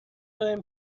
قایم